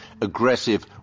aggressive